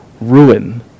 ruin